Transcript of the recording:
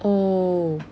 oh